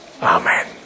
Amen